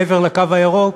מעבר לקו הירוק,